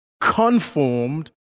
conformed